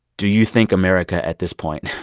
do you think america, at this point,